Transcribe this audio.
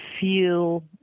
feel